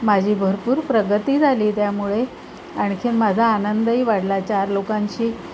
माझी भरपूर प्रगती झाली त्यामुळे आणखीन माझा आनंदही वाढला चार लोकांशी